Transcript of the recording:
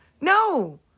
No